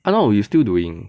ah no we still doing